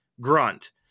grunt